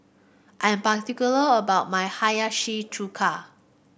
I'm particular about my Hiyashi Chuka